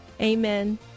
Amen